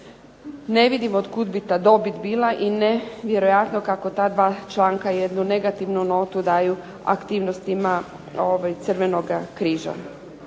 ne vidim otkud bi ta dobit bila i nevjerojatno kako ta dva članka jednu negativnu notu daju aktivnostima Crvenoga križa.